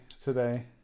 today